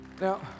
now